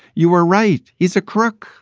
you were right. he's a crook.